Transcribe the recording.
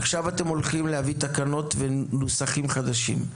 עכשיו אתם הולכים להביא תקנות ונוסחים חדשים.